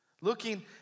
looking